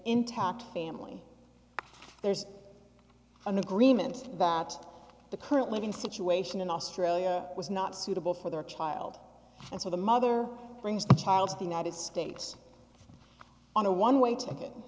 family there's an agreement that the current living situation in australia was not suitable for their child and so the mother brings the child to the united states on a one way ticket